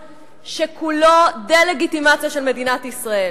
שכולו דה-לגיטימציה של מדינת ישראל.